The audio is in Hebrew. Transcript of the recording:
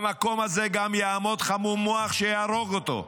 במקום הזה גם יעמוד חמום מוח שיהרוג אותו.